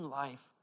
life